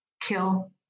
kill